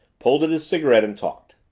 pulled at his cigarette and talked.